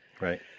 right